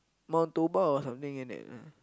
Mount-Toba or something like that lah